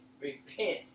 repent